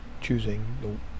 choosing